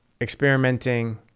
experimenting